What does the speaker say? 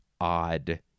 odd